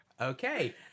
Okay